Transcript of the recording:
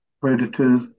predators